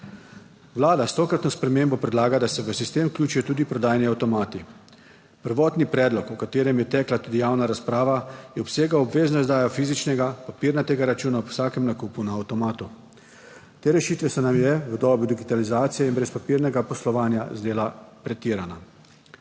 Vlada s tokratno spremembo predlaga, da se v sistem vključijo tudi prodajni avtomati. Prvotni predlog, o katerem je tekla tudi javna razprava, je obsegal obvezno izdajo fizičnega papirnatega računa ob vsakem nakupu na avtomatu. Te rešitve, se nam je v dobi digitalizacije in brezpapirnega poslovanja zdela pretirana.